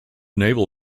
naval